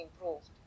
improved